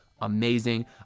amazing